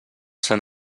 sant